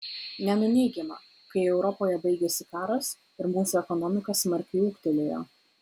nenuneigiama kai europoje baigėsi karas ir mūsų ekonomika smarkiai ūgtelėjo